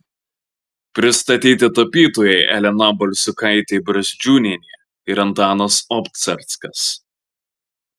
pristatyti tapytojai elena balsiukaitė brazdžiūnienė ir antanas obcarskas